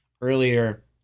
earlier